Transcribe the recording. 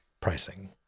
pricing